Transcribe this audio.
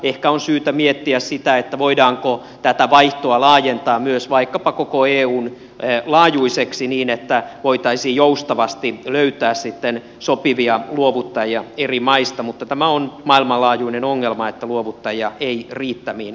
ehkä on syytä miettiä sitä voidaanko tätä vaihtoa laajentaa myös vaikkapa koko eun laajuiseksi niin että voitaisiin joustavasti löytää sopivia luovuttajia eri maista mutta tämä on maailmanlaajuinen ongelma että luovuttajia ei riittämiin ole